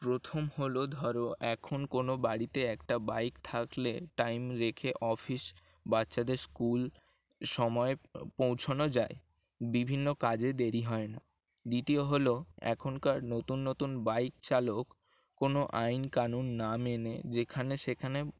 প্রথম হলো ধরো এখন কোনো বাড়িতে একটা বাইক থাকলে টাইম রেখে অফিস বাচ্চাদের স্কুল সময়ে পৌঁছনো যায় বিভিন্ন কাজে দেরি হয় না দ্বিতীয় হলো এখনকার নতুন নতুন বাইক চালক কোনো আইন কানুন না মেনে যেখানে সেখানে